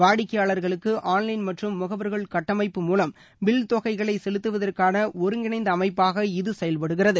வாடிக்கையாளர்களுக்கு ஆன்லைன் மற்றும் முகவர்கள் கட்டமைப்பு மூலம் பில் தொகைகளை செலுத்துவதற்கான ஒருங்கிணைந்த அமைப்பாக இது செயல்படுகிறது